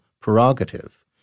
prerogative